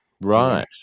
Right